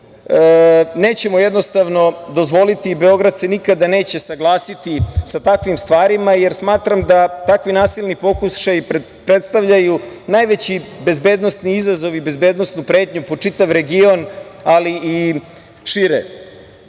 nećemo dozvoliti, Beograd se nikada neće saglasiti sa takvim stvarima, jer smatra da takvi nasilni pokušaji predstavljaju najveći bezbednosni izazov i bezbednosnu pretnju po čitav region, ali i